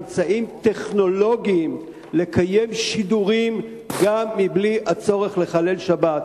אמצעים טכנולוגיים לקיים שידורים גם בלי הצורך לחלל שבת.